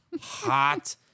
hot